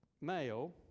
male